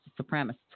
supremacists